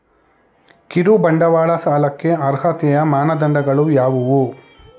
ಕಿರುಬಂಡವಾಳ ಸಾಲಕ್ಕೆ ಅರ್ಹತೆಯ ಮಾನದಂಡಗಳು ಯಾವುವು?